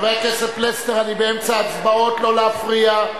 חבר הכנסת פלסנר, אני באמצע ההצבעות, לא להפריע.